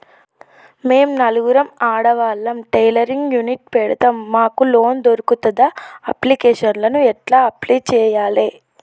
మేము నలుగురం ఆడవాళ్ళం టైలరింగ్ యూనిట్ పెడతం మాకు లోన్ దొర్కుతదా? అప్లికేషన్లను ఎట్ల అప్లయ్ చేయాలే?